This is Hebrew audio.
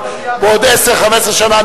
בעוד 10 15 שנה,